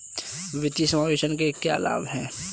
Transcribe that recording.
वित्तीय समावेशन के क्या लाभ हैं?